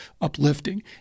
uplifting